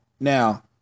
Now